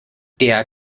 der